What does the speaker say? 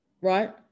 right